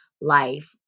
life